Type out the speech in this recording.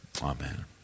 Amen